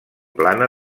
plana